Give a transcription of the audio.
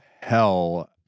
hell